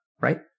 Right